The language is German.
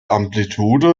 amplitude